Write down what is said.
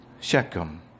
Shechem